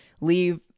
leave